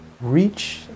reach